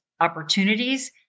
opportunities